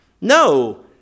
No